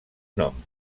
nom